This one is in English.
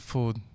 Food